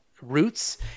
roots